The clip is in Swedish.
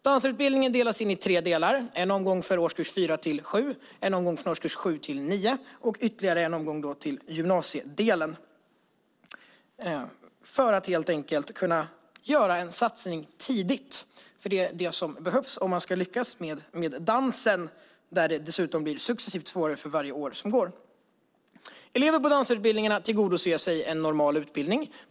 Dansarutbildningen delas in i tre delar: en omgång för årskurs 4 till 7, en omgång för årskurs 7 till 9 och ytterligare en omgång för gymnasiedelen. Detta görs helt enkelt för att man ska kunna göra en satsning tidigt. Det är det som behövs om man ska lyckas med dansen, där det dessutom blir successivt svårare för varje år som går. Elever på dansarutbildningarna tillgodogör sig en normal utbildning.